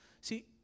See